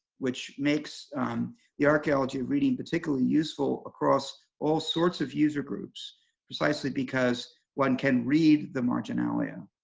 which makes the archeology of reading particularly useful across all sorts of user groups precisely because one can read the marginalia.